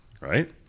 right